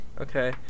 okay